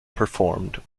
performed